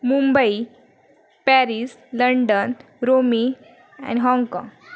Mumbai Paris London रोमी ॲन हाँगकाँग